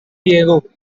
diego